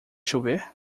chover